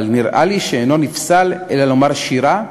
אבל נראה לי שאינו נפסל אלא לומר שירה,